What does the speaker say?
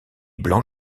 blanc